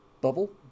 bubble